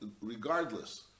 regardless